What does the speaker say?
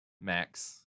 max